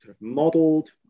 modeled